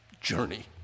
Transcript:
journey